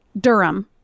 durham